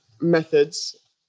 methods